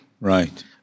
Right